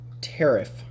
tariff